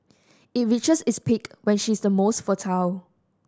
it reaches its peak when she is most fertile